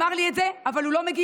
הוא אמר לי את זה, אבל הוא לא מגיע,